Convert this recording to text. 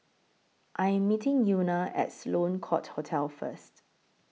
I Am meeting Euna At Sloane Court Hotel First